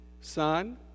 son